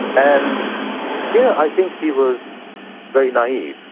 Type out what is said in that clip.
and here i think he was very naive,